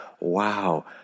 Wow